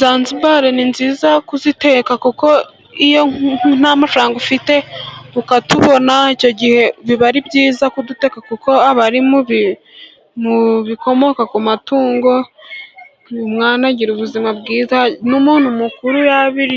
Zanzibari ni nziza kuziteka, kuko iyo nta mafaranga ufite ukatubona icyo gihe biba ari byiza kuduteka, kuko aba ari mu bikomoka ku matungo. Umwana agira ubuzima bwiza n'umuntu mukuru